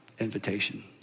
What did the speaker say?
Invitation